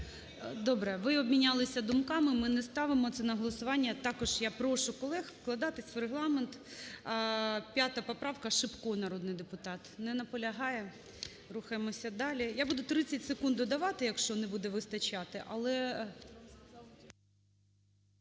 Добре. Ви обмінялися думками, ми не ставимо це на голосування. Також я прошу колег вкладатись в регламент. 5 поправка, Шипко, народний депутат. Не наполягає. Рухаємося далі. Я буду 30 секунд додавати, якщо не буде вистачати.